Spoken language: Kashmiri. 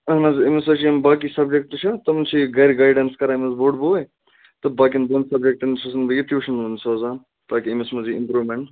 اہن حظ أمِس حظ چھِ یِم باقٕے سَبجیٚکٹہٕ چھِ تِمَن چھِ یہِ گھرِ گایڈَنٕس کَران أمِس بوٚڑ بھوے تہٕ باقیَن دۄن سَبجیٚکٹَن چھُسَن بہٕ یہِ ٹیٛوٗشَن سوزان تاکہِ أمِس منٛز یی اِمپرٛوٗمیٚنٛٹ